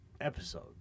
episode